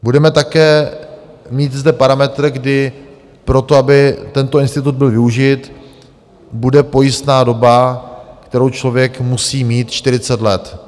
Budeme také mít zde parametr, kdy pro to, aby tento institut byl využit, bude pojistná doba, kterou člověk musí mít, 40 let.